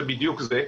זה בדיוק זה,